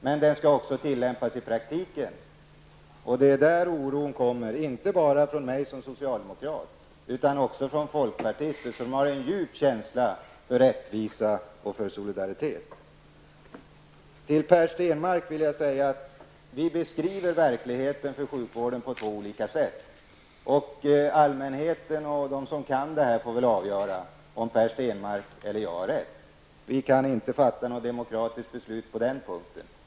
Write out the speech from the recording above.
Men den skall tillämpas också i praktiken. Och det är där oron kommer inte bara från mig som socialdemokrat utan även från folkpartister som har djup känsla för rättvisa och för solidaritet. Till Per Stenmarck vill jag säga att vi beskriver sjukvårdens verklighet på två olika sätt. Allmänheten och de som kan det här får väl avgöra om Per Stenmarck eller jag har rätt. Vi kan inte fatta något demokratiskt beslut på den punkten.